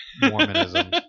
Mormonism